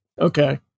Okay